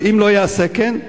אבל אם לא יעשה כן,